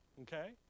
Okay